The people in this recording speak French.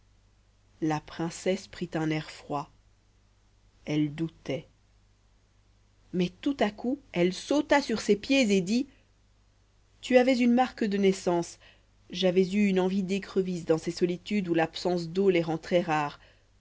la princesse prit un air froid elle doutait mais tout à coup elle sauta sur ses pieds et dit tu avais une marque de naissance j'avais eu une envie d'écrevisses dans ces solitudes où l'absence d'eau les rend très rares